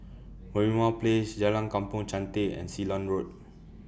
Merlimau Place Jalan Kampong Chantek and Ceylon Road